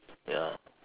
ya